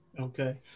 Okay